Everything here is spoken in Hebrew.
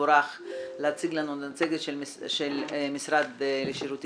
מבורך להציג לנו את המצגת של משרד העבודה,